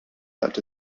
hat